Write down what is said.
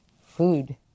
food